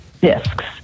disks